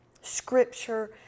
scripture